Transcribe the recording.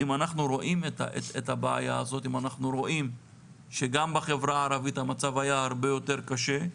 האם אנחנו רואים שגם בחברה הערבית המצב היה הרבה יותר קשה,